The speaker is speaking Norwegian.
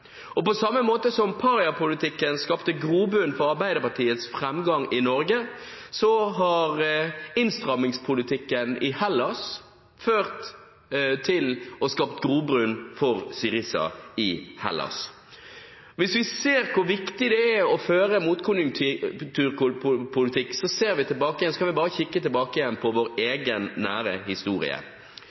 På samme måte som paripolitikken skapte grobunn for Arbeiderpartiets framgang i Norge, har innstrammingspolitikken ført til og skapt grobunn for Syriza i Hellas. For å se hvor viktig det er å føre motkonjunkturpolitikk, kan vi bare kikke tilbake igjen på vår egen nære historie.